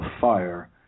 fire